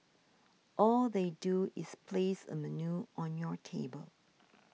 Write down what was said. all they do is place a menu on your table